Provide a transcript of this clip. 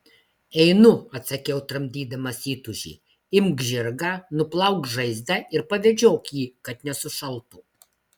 einu atsakiau tramdydamas įtūžį imk žirgą nuplauk žaizdą ir pavedžiok jį kad nesušaltų